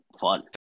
fun